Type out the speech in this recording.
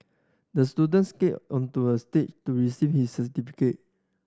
the student skated onto a stage to receive his certificate